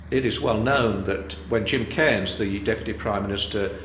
it is well known that when jim cairns the deputy prime minister,